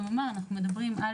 מדברים על